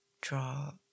Draw